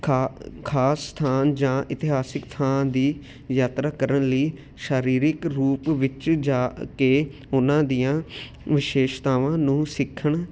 ਖਾ ਖ਼ਾਸ ਸਥਾਨ ਜਾਂ ਇਤਿਹਾਸਿਕ ਥਾਂ ਦੀ ਯਾਤਰਾ ਕਰਨ ਲਈ ਸਰੀਰਿਕ ਰੂਪ ਵਿੱਚ ਜਾ ਕੇ ਉਹਨਾਂ ਦੀਆਂ ਵਿਸ਼ੇਸ਼ਤਾਵਾਂ ਨੂੰ ਸਿੱਖਣ